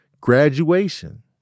graduation